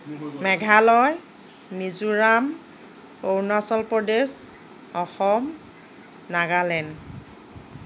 Meghalaya Mizoram Arunachal Pradesh Assam Nagaland